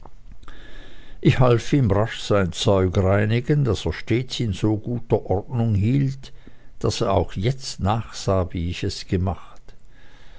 ich half ihm rasch sein zeug reinigen das er stets in so guter ordnung hielt daß er auch jetzt nachsah wie ich es gemacht